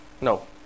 No